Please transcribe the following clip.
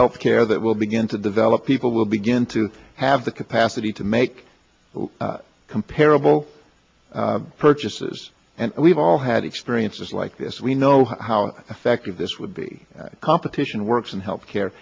health care that will begin to develop people will begin to have the capacity to make comparable purchases and we've all had experiences like this we know how effective this would be competition works in health care